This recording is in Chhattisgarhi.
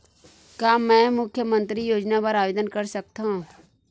का मैं मुख्यमंतरी योजना बर आवेदन कर सकथव?